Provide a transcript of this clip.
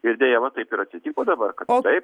ir deja va taip ir atsitiko dabar kad taip